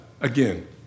again